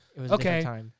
okay